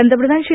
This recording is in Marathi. पंतप्रधान श्री